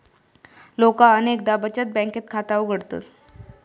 लोका अनेकदा बचत बँकेत खाता उघडतत